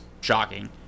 shocking